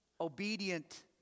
obedient